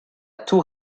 tour